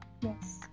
Yes